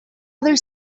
other